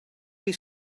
chi